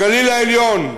הגליל-העליון,